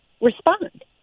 respond